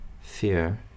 fear